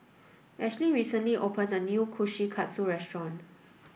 Ashley recently opened a new Kushikatsu restaurant